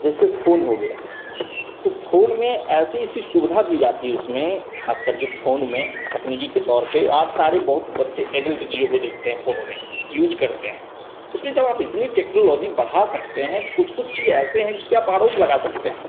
जैसे फ़ोन हो गया तो फोन में ऐसी इसी सुविधा दी जाती है उसमें खासकर के फोन में तकनीकी के तौर पे आज सारे बहुत बच्चे एडल्ट चीज़ों को देखते हैं फोनों में यूज करते हैं उसमें जब आप इतनी टेक्नोलॉजी बढ़ा सकते हैं तो कुछ कुछ चीज़ ऐसे हैं जिसपे आप आरोप लगा सकते हैं